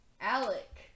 Alec